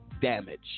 damage